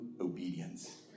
obedience